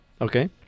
Okay